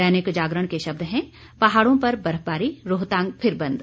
दैनिक जागरण के शब्द हैं पहाड़ों पर बर्फबारी रोहतांग फिर बंद